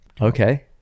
Okay